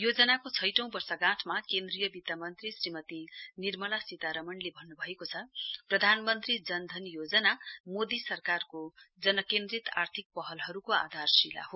योजनाको छैंटौं वर्षगाँठ केन्द्रीय वित्त मन्त्री श्रीमती निर्मला सीतारमनले भन्नुभएको छ प्रधानमन्त्री जनधन योजना मोदी सरकारको जन केन्द्रित आर्थिक पहलहरुको आधारशिला हो